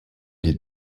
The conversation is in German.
die